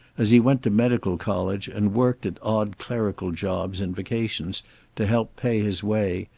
as he went to medical college and worked at odd clerical jobs in vacations to help pay his way,